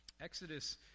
Exodus